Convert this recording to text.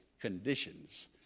conditions